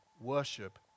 worship